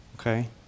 okay